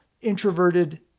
introverted